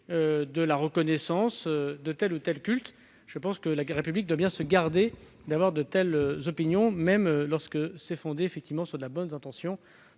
de la reconnaissance de tel ou tel culte ? Je pense que la République doit se garder d'avoir de telles opinions, même lorsque celles-ci sont fondées sur de bonnes intentions,